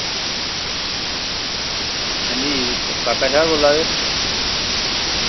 हां जी काका शाह् होर बोल्ला दे